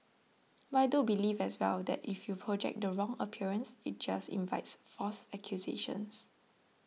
but I do believe as well that if you project the wrong appearance it just invites false accusations